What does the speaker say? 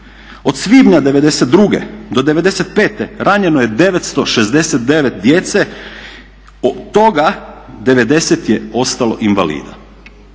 Od svibnja '92. do '95. ranjeno je 969 djece, od toga 90 je ostalo invalida.